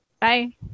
Bye